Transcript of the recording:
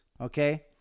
okay